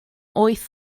wyth